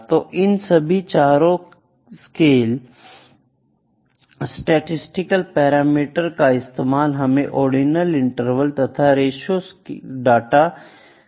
तो इन सभी चारों स्केल में स्टैटिस्टिकल पैरामीटर का इस्तेमाल हमें ऑर्डिनल इंटरवल तथा रिशु डाटा देता है